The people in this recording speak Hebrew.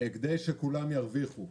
כדי שכולם ירוויחו.